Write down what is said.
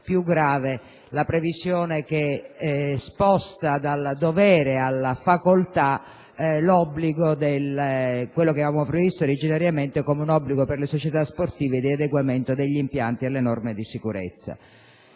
più grave la previsione che sposta dal dovere alla facoltà ciò che originariamente avevamo previsto come un obbligo per le società sportive di adeguamento degli impianti alle norme di sicurezza.